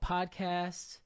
Podcast